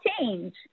change